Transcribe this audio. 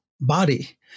body